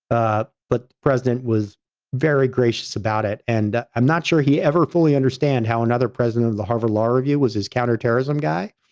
ah but president was very gracious about it. and i'm not sure he ever fully understood how another president of the harvard law review was his counterterrorism guy,